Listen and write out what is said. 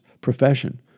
profession